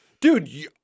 Dude